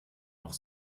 noch